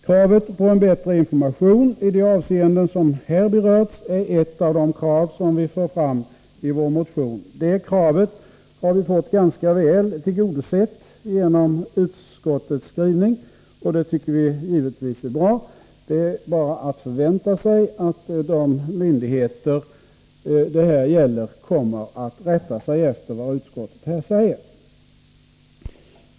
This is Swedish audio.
Kravet på en bättre information i de avseenden som här berörts är ett av de krav som vi framför i vår motion. Det kravet har vi fått ganska väl tillgodosett genom utskottets skrivning, och det tycker vi givetvis är bra. Det är bara att förvänta sig att de myndigheter det här gäller kommer att rätta sig efter vad utskottet här uttalar.